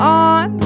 on